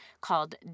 called